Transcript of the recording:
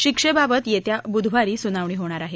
शिक्षेबाबत येत्या बुधवारी सुनावणी होणार आहे